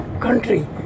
country